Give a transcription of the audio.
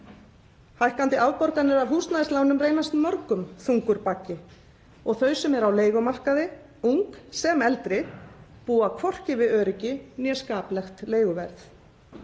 Hækkandi afborganir af húsnæðislánum reynast mörgum þungur baggi og þau sem eru á leigumarkaði, ung sem eldri, búa hvorki við öryggi né skaplegt leiguverð.